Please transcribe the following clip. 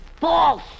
False